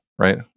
Right